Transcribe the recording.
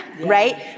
right